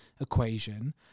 equation